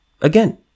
Again